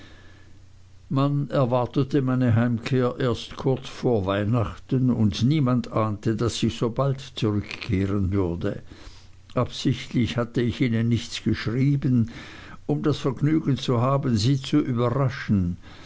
man erwartete meine heimkehr erst vor weihnachten und niemand ahnte daß ich sobald zurückkehren würde absichtlich hatte ich ihnen nichts geschrieben um das vergnügen zu haben sie zu überraschen